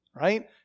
Right